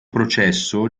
processo